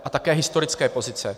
A také historické pozice.